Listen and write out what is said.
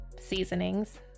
seasonings